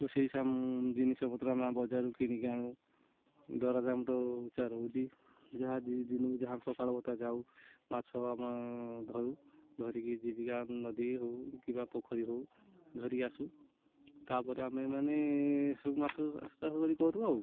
ତ ସେଇ ସାମ୍ ଜିନିଷପତ୍ର ଆମେ ବଜାରରୁ କିଣିକି ଆଣୁ ଦର ଦାମ୍ ତ ଉଚ୍ଚା ରହୁଛି ଯାହା ଦିନକୁ ଯାହା ସକାଳୁ ବୋତା ଯାଉ ମାଛ ଆମେ ଧରୁ ଧରିକି ଜୀବିକା ନଦୀ ହଉ କିମ୍ବା ପୋଖରୀ ହଉ ଧରିକି ଆସୁ ତାପରେ ଆମେମାନେ ସବୁ ମାଛ ଚାଷ କରି କରୁ ଆଉ